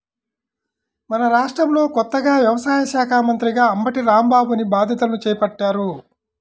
మన రాష్ట్రంలో కొత్తగా వ్యవసాయ శాఖా మంత్రిగా అంబటి రాంబాబుని బాధ్యతలను చేపట్టారు